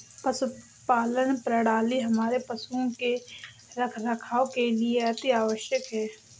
पशुपालन प्रणाली हमारे पशुओं के रखरखाव के लिए अति आवश्यक है